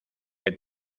que